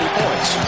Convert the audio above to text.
points